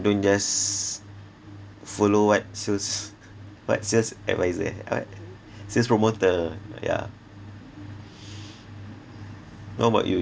don't just follow what sales what sales adviser what sales promoter yeah what about you